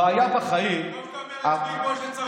הבעיה בחיים, טוב שאתה אומר את שמי כמו שצריך.